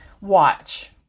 watch